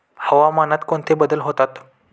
हवामानात कोणते बदल होतात?